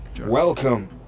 Welcome